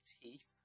teeth